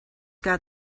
got